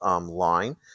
line